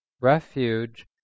refuge